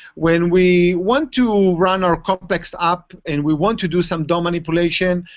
when we want to run our complex app, and we want to do some dom manipulation,